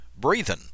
breathing